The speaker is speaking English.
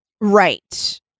Right